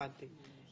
הבנתי.